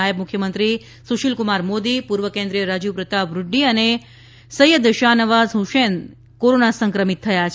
નાયબ મુખ્યમંત્રી સુશીલ કુમાર મોદી પૂર્વ કેન્દ્રિય રાજીવ પ્રતાપ રૂડી અને સૈયદ શાહનવાજ હુસૈન કોરોના સંક્રમિત થયા છે